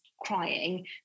crying